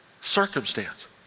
circumstance